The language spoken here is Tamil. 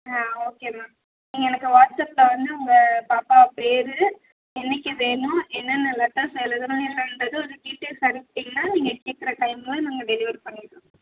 ஆ ஓகே மேம் நீங்கள் எனக்கு வாட்ஸ்அப்பில் வந்து உங்கள் பாப்பா பேர் என்றைக்கி வேணும் என்ன என்ன லெட்டர்ஸ் எழுதணும் என்னென்றத ஒரு டீட்டெயில்ஸ் அனுப்பிச்சிட்டிங்கன்னா நீங்கள் கேட்குற டைமில் நாங்கள் டெலிவரி பண்ணிடுறோம்